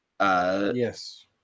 Yes